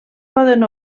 poden